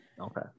Okay